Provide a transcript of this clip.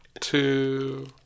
two